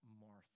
Martha